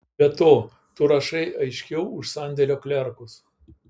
be to tu rašai aiškiau už sandėlio klerkus